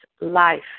Life